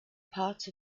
part